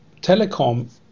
telecom